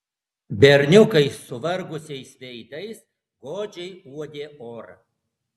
berniukai suvargusiais veidais godžiai uodė orą